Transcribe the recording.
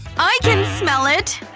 i can smell it!